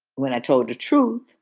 when i told the truth,